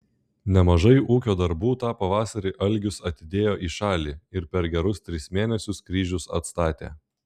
nemažai ūkio darbų tą pavasarį algis atidėjo į šalį ir per gerus tris mėnesius kryžius atstatė